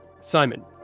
Simon